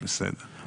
בסדר.